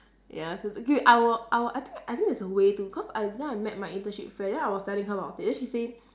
ya so exactly I will I will I think I think there's a way to cause I that time I met my internship friend then I was telling her about it then she say